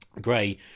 Gray